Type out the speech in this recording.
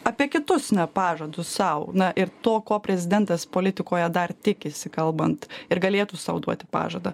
apie kitus pažadus sau na ir to ko prezidentas politikoje dar tikisi kalbant ir galėtų sau duoti pažadą